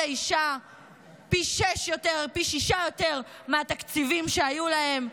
האישה פי שישה יותר מהתקציבים שהיו להם,